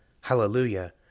HALLELUJAH